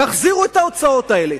תחזירו את ההוצאות האלה.